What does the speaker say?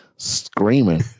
Screaming